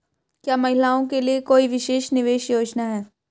क्या महिलाओं के लिए कोई विशेष निवेश योजना है?